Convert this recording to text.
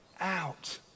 out